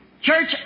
church